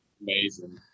Amazing